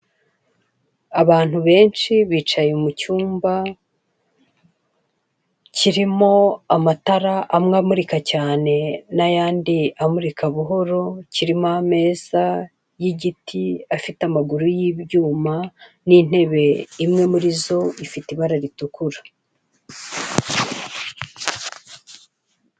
Abantu benshi bicaye mu cyumba kirimo amatara amwe amurika cyane n'ayandi amurika buhoro kirimo ameza y'igiti afite amaguru y'ibyuma n'intebe imwe murizo ifite ibara ritukura.